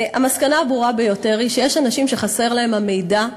המסקנה הברורה ביותר היא שיש אנשים שחסר להם המידע,